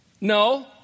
No